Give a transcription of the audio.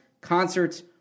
concerts